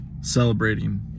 celebrating